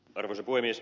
arvoisa puhemies